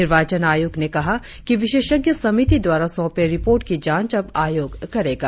निर्वाचन आयोग ने कहा कि विशेषज्ञ समिति द्वारा सौंपे रिपोर्ट की जॉंच अब आयोग करेगा